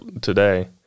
today